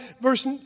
verse